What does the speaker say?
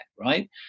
right